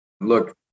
Look